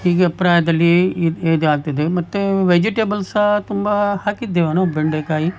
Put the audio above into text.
ಹೀಗೆ ಪ್ರಾಯದಲ್ಲಿ ಏಜಾಗ್ತದೆ ಮತ್ತು ವೆಜಿಟೇಬಲ್ ಸಹ ತುಂಬ ಹಾಕಿದ್ದೆವು ನಾವು ಬೆಂಡೆಕಾಯಿ